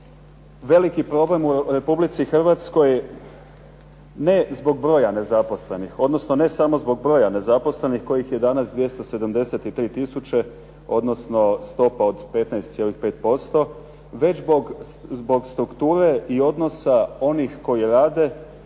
veliki problem u Republici Hrvatskoj ne zbog broja nezaposlenih, odnosno ne samo zbog broja nezaposlenih kojih je danas 273 tisuće, odnosno stopa od 15,5%, već zbog strukture i odnosa onih koji rade